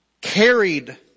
carried